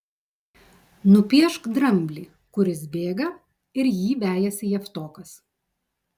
nupiešk dramblį kuris bėga ir jį vejasi javtokas